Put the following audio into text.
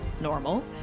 normal